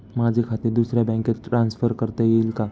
माझे खाते दुसऱ्या बँकेत ट्रान्सफर करता येईल का?